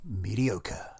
mediocre